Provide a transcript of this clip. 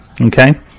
okay